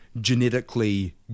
genetically